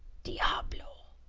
diablo!